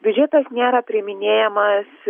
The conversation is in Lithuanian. biudžetas nėra priiminėjamas